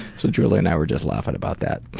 so julie and i were just laughing about that.